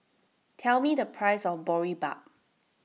tell me the price of Boribap